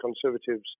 Conservatives